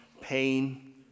Pain